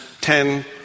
ten